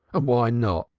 and why not?